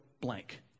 blank